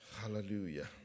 Hallelujah